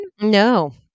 No